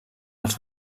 els